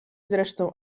zresztą